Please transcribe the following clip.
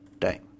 time